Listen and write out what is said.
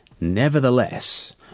Nevertheless